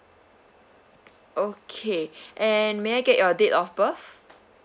okay and may I get your date of birth